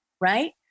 right